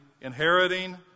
inheriting